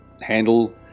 handle